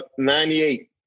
98